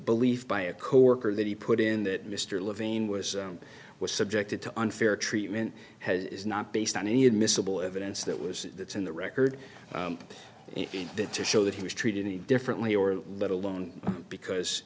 belief by a coworker that he put in that mr levine was was subjected to unfair treatment has is not based on any admissible evidence that was that's in the record that to show that he was treated any differently or let alone because